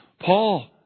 Paul